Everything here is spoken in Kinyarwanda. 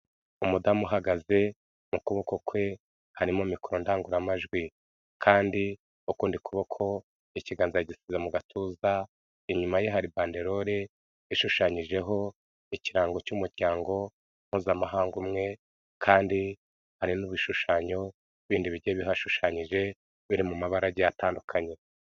Umudamu uhagaze, mu kuboko kwe harimo mikoro ndangururamajwi, kandi mu kundi kuboko ikiganza yagishyize mu gatuza, inyuma ye hari banderole ishushanyijeho ikirango cy'umuryango mpuzamahanga umwe kandi hari n'ibishushanyo bindi bigiye bihashushanyije biri mu mabara agiye atandukanye.